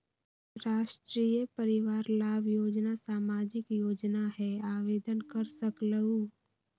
राष्ट्रीय परिवार लाभ योजना सामाजिक योजना है आवेदन कर सकलहु?